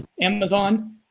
Amazon